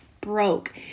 broke